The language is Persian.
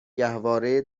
گهواره